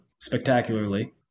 spectacularly